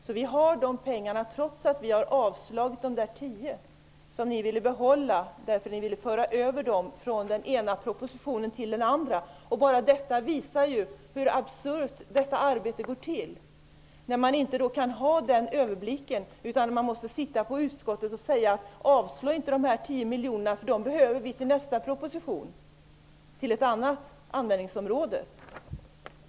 Vi har alltså de pengarna, trots att vi har avstyrkt de 10 miljoner som regeringspartierna ville behålla därför att de ville föra över dem från den ena propositionen till den andra. Bara detta visar hur absurt arbetet är, när man inte kan ha en överblick utan måste säga i utskottet att vi inte skall avslå de 10 miljonerna, därför att de behövs på ett annat användningsområde i en annan proposition.